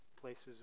places